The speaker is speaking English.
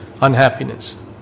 unhappiness